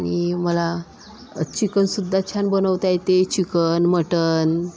आणि मला चिकनसुद्धा छान बनवता येते चिकन मटन